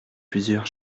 plusieurs